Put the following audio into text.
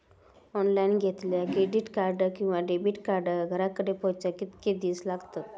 Online घेतला credit card किंवा debit card घराकडे पोचाक कितके दिस लागतत?